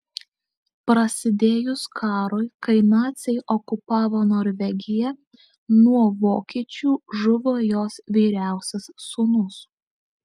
prasidėjus karui kai naciai okupavo norvegiją nuo vokiečių žuvo jos vyriausias sūnus